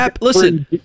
Listen